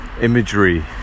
imagery